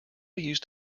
used